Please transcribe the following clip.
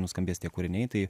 nuskambės tie kūriniai tai